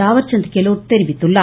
தாவர்சந்த் கெலாட் தெரிவித்துள்ளார்